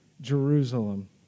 Jerusalem